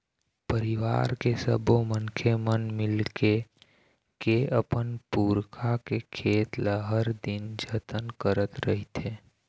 परिवार के सब्बो मनखे मन मिलके के अपन पुरखा के खेत ल हर दिन जतन करत रहिथे